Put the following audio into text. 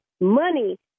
money